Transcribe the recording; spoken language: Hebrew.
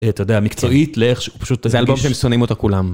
אתה יודע, מקצועית לאיך שהוא פשוט... זה אלבום שהם שונאים אותו כולם.